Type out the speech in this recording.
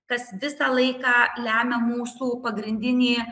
kas visą laiką lemia mūsų pagrindinį